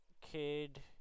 kid